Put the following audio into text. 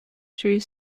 through